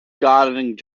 gardening